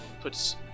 Puts